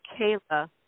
Kayla